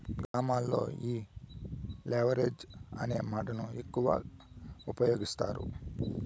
గ్రామాల్లో ఈ లెవరేజ్ అనే మాటను ఎక్కువ ఉపయోగిస్తారు